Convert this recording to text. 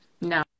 no